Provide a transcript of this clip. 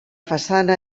façana